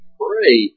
pray